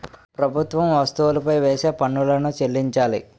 ప్రభుత్వం వస్తువులపై వేసే పన్నులను చెల్లించాలి